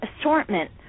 assortment